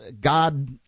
god